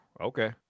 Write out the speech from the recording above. okay